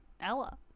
Ella